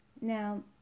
Now